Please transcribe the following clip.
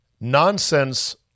Nonsense